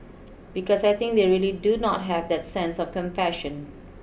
because I think they really do not have that sense of compassion